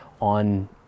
on